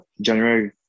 January